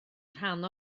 rhan